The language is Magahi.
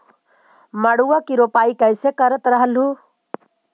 मड़उआ की रोपाई कैसे करत रहलू?